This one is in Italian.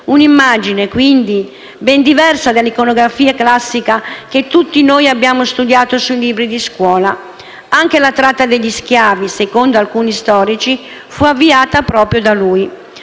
Un'immagine, quindi, ben diversa dall'iconografia classica che tutti noi abbiamo studiato sui libri di scuola. Anche la tratta degli schiavi, secondo alcuni storici, fu avviata proprio da lui.